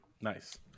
Nice